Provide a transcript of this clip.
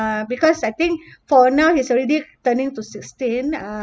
uh because I think for now he's already turning to sixteen uh